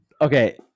Okay